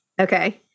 Okay